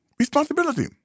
Responsibility